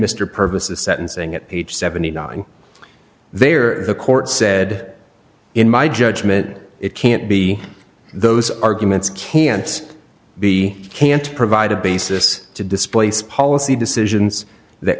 mr purposes sentencing at age seventy nine there the court said in my judgment that it can't be those arguments can't be can't provide a basis to displace policy decisions that